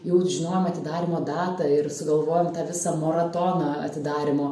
jau žinojom atidarymo datą ir sugalvojom tą visą maratoną atidarymo